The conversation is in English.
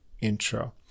intro